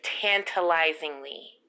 tantalizingly